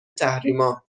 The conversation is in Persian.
تحریما